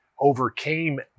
overcame